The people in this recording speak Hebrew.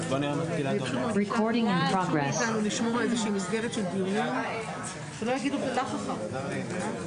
היום אנחנו נדון בישיבה הזו בעניין תקנות ספורט (חיוב בתעודת הסמכה).